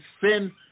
sin